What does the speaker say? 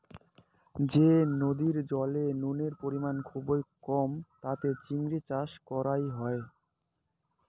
যে নদীর জলে নুনের পরিমাণ খুবই কম তাতে চিংড়ি চাষ করাং হই